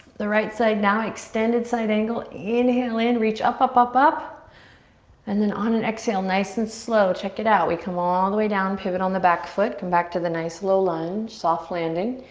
the right side now, extended side angle. inhale in, reach up, up, up, up and then on an exhale, nice and slow, check it out. we come all the way down, pivot on the back foot. come back to the nice low lunge, soft landing.